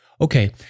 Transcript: okay